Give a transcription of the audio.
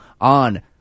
on